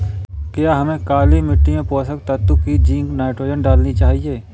क्या हमें काली मिट्टी में पोषक तत्व की जिंक नाइट्रोजन डालनी चाहिए?